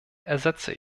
ersetze